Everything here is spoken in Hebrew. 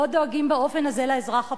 לא דואגים באופן הזה לאזרח הפשוט,